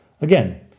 Again